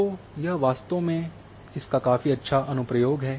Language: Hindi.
तो यह वास्तव में इसका काफ़ी अच्छा अनुप्रयोग है